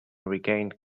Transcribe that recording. regained